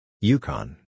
Yukon